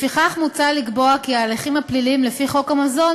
לפיכך מוצע לקבוע כי ההליכים הפליליים לפי חוק המזון